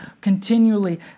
continually